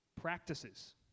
practices